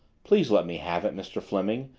please let me have it, mr. fleming.